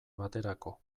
baterako